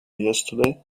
yesterday